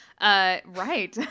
Right